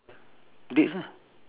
dates ah